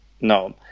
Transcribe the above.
No